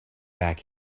back